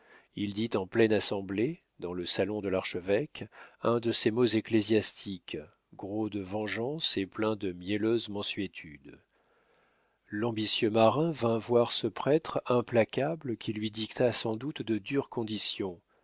il dit en pleine assemblée dans le salon de l'archevêque un de ces mots ecclésiastiques gros de vengeance et pleins de mielleuse mansuétude l'ambitieux marin vint voir ce prêtre implacable qui lui dicta sans doute de dures conditions